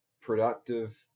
productive